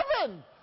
heaven